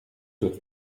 with